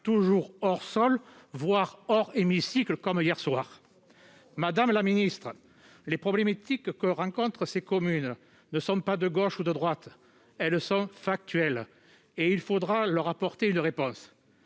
toujours aussi hors sol- voire hors hémicycle, comme c'était le cas hier soir ! Madame la ministre, les problématiques que rencontrent ces communes ne sont pas de gauche ou de droite : elles sont factuelles et il faudra leur apporter une réponse.